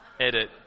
edit